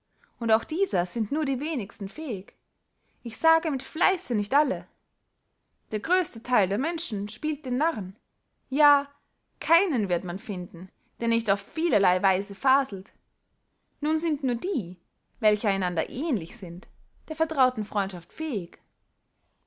und auch dieser sind nur die wenigsten fähig ich sage mit fleisse nicht alle der gröste theil der menschen spielt den narren ja keinen wird man finden der nicht auf vielerley weise faselt nun sind nur die welche einander ähnlich sind der vertrauten freundschaft fähig